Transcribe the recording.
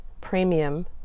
premium